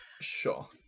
Sure